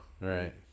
Right